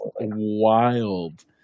wild